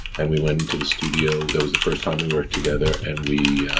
and, we went into the studio, that was the first time we worked together, and we